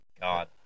God